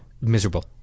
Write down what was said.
miserable